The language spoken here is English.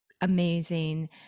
amazing